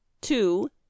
Two